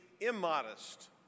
immodest